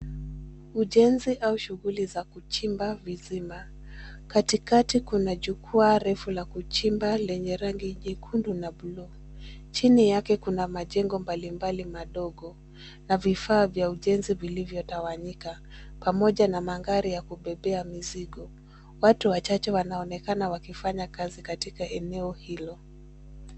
Ujenzi au shughuli za kuchimba visima. Katikati kuna jukwaa refu la kuchimba lenye rangi nyekundu na blue . Chini yake kuna majengo mbali mbali madogo na vifaa vya ujenzi vilivyotawanyika pamoja na magari ya kubebea mizigo. Watu wachache wanaonekana wakifanya kazi katika eneo hilo.